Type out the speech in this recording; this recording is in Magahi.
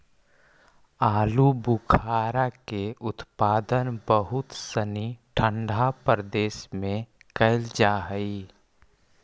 आलूबुखारा के उत्पादन बहुत सनी ठंडा प्रदेश में कैल जा हइ